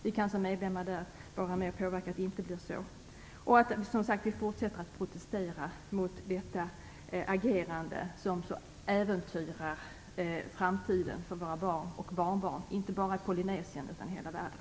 Vi kan som medlemmar i EU vara med och påverka så att det inte blir så, och vi kan som sagt fortsätta att protestera mot detta agerande som så äventyrar framtiden för våra barn och barnbarn, inte bara i Polynesien utan i hela världen.